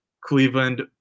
Cleveland –